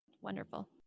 Wonderful